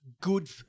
good